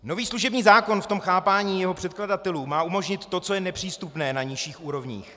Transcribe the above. Nový služební zákon v tom chápání jeho předkladatelů má umožnit to, co je nepřístupné na nižších úrovních.